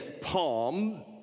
palm